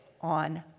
on